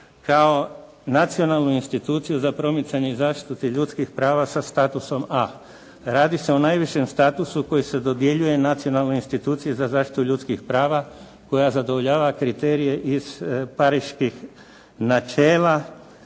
kao nacionalnu instituciju za promicanje i zaštitu tih ljudskih prava sa statusom A. Radi se o najvišem statusu koji se dodjeljuje nacionalnoj instituciji za zaštitu ljudskih prava koja zadovoljava kriterije iz pariških načela